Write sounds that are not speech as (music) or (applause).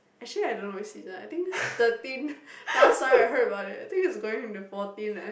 actually I don't which season I think is thirteen (laughs) last time I heard about it I think it's gonna be the fourteen ah